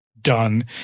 done